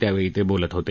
त्यावेळी ते बोलत होते